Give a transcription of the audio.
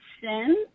sin